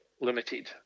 Limited